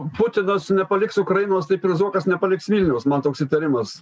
putinas nepaliks ukrainos taip ir zuokas nepaliks vilniaus man toks įtarimas